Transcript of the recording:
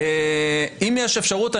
אם יש אפשרות,